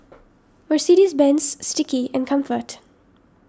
Mercedes Benz Sticky and Comfort